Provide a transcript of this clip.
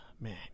Man